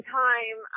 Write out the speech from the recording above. time